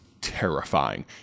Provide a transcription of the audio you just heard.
terrifying